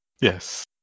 Yes